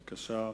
בבקשה.